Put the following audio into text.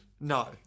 No